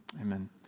Amen